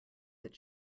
that